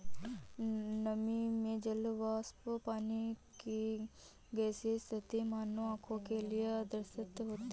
नमी में जल वाष्प पानी की गैसीय स्थिति मानव आंखों के लिए अदृश्य होती है